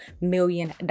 million